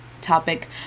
topic